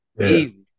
easy